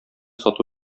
сату